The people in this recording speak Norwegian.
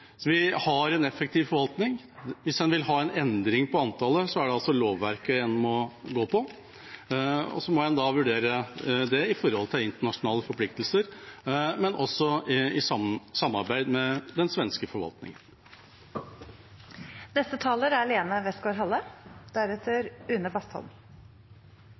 så vi har en effektiv forvaltning. Hvis en vil ha en endring i antallet, er det lovverket en må gå på, og så må en vurdere det i forhold til internasjonale forpliktelser, men også i samarbeid med den svenske